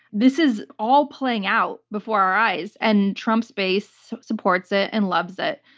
this is all playing out before our eyes, and trump's base supports it and loves it.